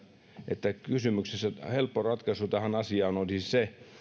että helppo ratkaisu tähän asiaan olisi se